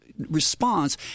Response